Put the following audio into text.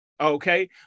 okay